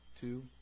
Two